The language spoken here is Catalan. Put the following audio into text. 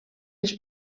les